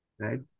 right